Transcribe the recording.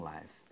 Life